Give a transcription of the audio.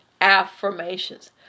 affirmations